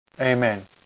Amen